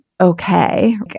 okay